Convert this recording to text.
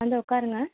வந்து உட்காருங்க